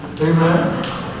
Amen